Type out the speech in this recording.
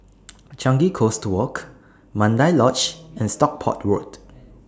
Changi Coast Walk Mandai Lodge and Stockport Road